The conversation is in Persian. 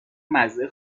مزه